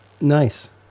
nice